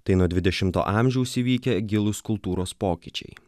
tai nuo dvidešimto amžiaus įvykę gilūs kultūros pokyčiai